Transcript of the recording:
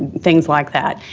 things like that.